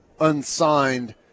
unsigned